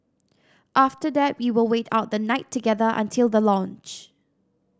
after that we will wait out the night together until the launch